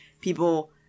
people